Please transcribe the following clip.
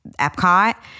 Epcot